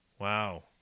Wow